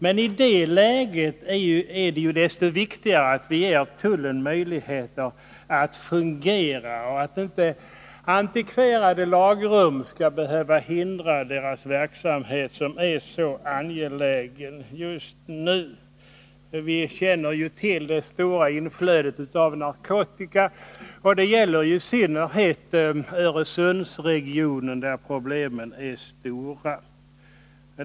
Men i det läget är det desto viktigare att vi ger tullen möjligheter att fungera och att antikverade lagrum inte skall behöva hindra dess verksamhet, som just nu är så angelägen. Vi känner till det stora inflödet av narkotika som förekommer, i synnerhet i Öresundsregionen, där problemen är stora.